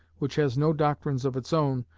which has no doctrines of its own,